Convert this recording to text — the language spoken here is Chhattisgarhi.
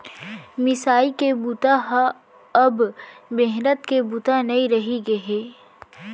मिसाई के बूता ह अब मेहनत के बूता नइ रहि गे हे